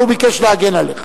אבל הוא ביקש להגן עליך.